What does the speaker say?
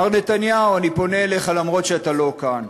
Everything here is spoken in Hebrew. מר נתניהו, אני פונה אליך, אף שאתה לא כאן: